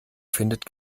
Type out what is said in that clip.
findet